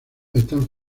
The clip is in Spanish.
están